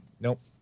Nope